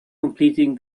completing